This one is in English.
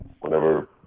whenever